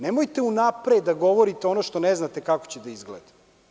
Nemojte unapred da govorite ono što ne znate kako će da izgleda.